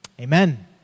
Amen